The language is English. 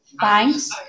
Thanks